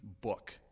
book